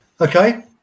okay